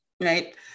right